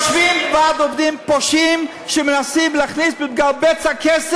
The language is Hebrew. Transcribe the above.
יושב ועד עובדים פושעים שמנסים להכניס,